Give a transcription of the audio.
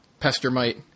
Pestermite